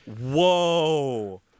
whoa